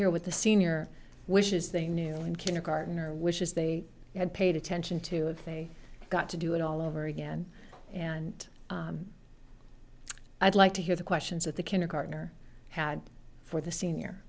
hear with the senior wishes they knew in kindergarten or wishes they had paid attention to it they got to do it all over again and i'd like to hear the questions at the kindergartner had for the senior